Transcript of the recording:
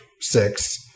six